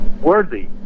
worthy